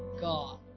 God